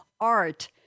art